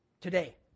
today